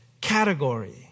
category